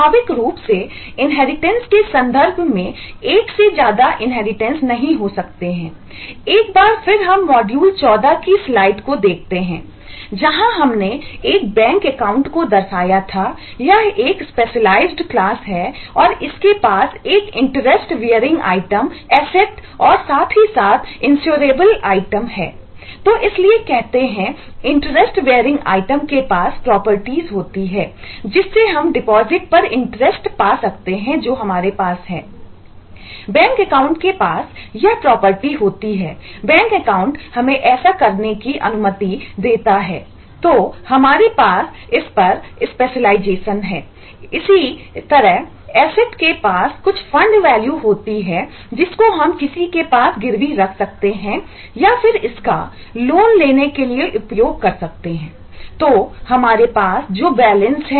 स्वाभाविक रूप से इनहेरिटेंस पर इंटरेस्ट पा सकते हैं जो हमारे पास है